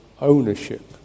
ownership